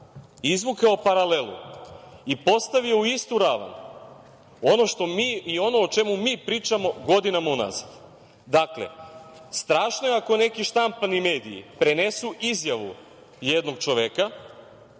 izvukao paralelu i postavio u istu ravan ono o čemu mi pričamo godinama unazad. Dakle, strašno je ako neki štampani mediji prenesu izjavu jednog čoveka.